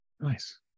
Nice